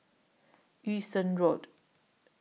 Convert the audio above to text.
Yung Sheng Road